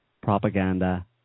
propaganda